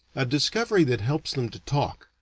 a discovery that helps them to talk,